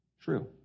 True